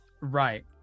Right